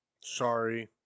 Sorry